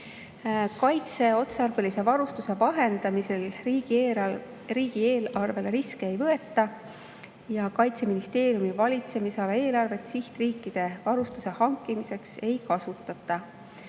Kaitseotstarbelise varustuse vahendamisel riigieelarvele riske ei võeta ja Kaitseministeeriumi valitsemisala eelarvet sihtriikide varustuse hankimiseks ei kasutata.